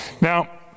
Now